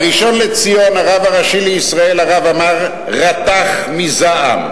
הראשון לציון הרב הראשי לישראל הרב עמאר רתח מזעם.